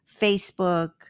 Facebook